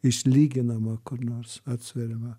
išlyginama kur nors atsveriama